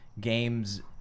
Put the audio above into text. games